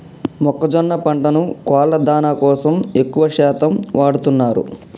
మొక్కజొన్న పంటను కోళ్ళ దానా కోసం ఎక్కువ శాతం వాడుతున్నారు